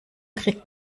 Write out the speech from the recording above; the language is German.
kriegt